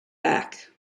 back